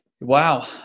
Wow